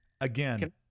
Again